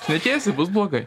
šnekėsi bus blogai